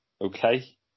Okay